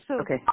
Okay